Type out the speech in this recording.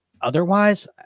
otherwise